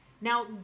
Now